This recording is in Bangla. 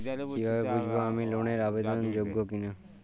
কীভাবে বুঝব আমি লোন এর আবেদন যোগ্য কিনা?